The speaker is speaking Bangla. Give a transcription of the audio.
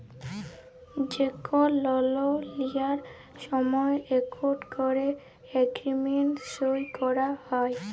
যে কল লল লিয়ার সময় ইকট ক্যরে এগ্রিমেল্ট সই ক্যরা হ্যয়